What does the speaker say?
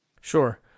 Sure